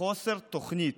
וחוסר תוכנית,